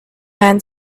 man